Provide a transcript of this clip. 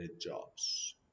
jobs